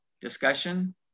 discussion